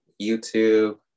YouTube